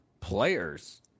players